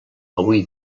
avui